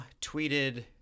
tweeted